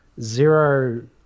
zero